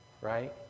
Right